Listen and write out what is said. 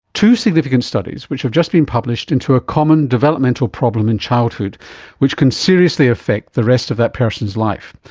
two significant studies which have just been published into a common developmental problem in childhood which can seriously affect the rest of that person's life,